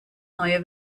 neue